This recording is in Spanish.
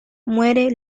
muere